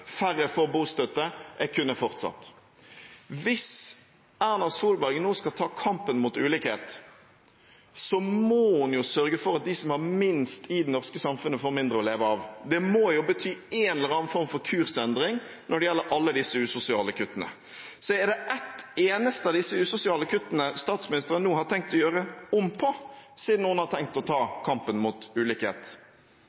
færre får bostøtte – og jeg kunne ha fortsatt. Hvis Erna Solberg nå skal ta kampen mot ulikhet, må hun sørge for at de som har minst i det norske samfunnet, ikke får mindre å leve av. Det må bety en eller annen form for kursendring når det gjelder alle disse usosiale kuttene. Er det ett eneste av disse usosiale kuttene statsministeren nå har tenkt å gjøre om på, siden hun har tenkt å ta